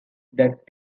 that